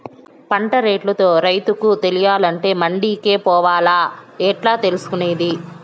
పంట రేట్లు రైతుకు తెలియాలంటే మండి కే పోవాలా? ఎట్లా తెలుసుకొనేది?